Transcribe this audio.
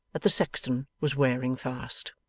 that the sexton was wearing fast.